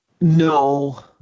No